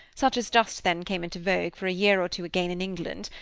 such as just then came into vogue for a year or two again in england,